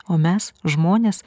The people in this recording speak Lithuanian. o mes žmonės